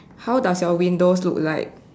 how does your windows look like